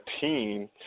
team